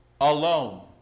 alone